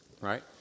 Right